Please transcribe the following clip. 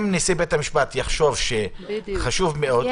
אם נשיא בית המשפט יחשוב שחשוב מאוד --- בדיוק.